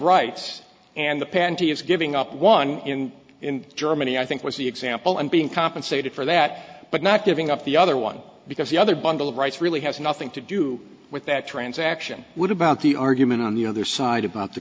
rights and the panty is giving up one in germany i think was the example and being compensated for that but not giving up the other one because the other bundle of rights really has nothing to do with that transaction would about the argument on the other side about the